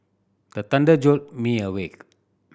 the thunder jolt me awake